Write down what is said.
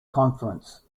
conference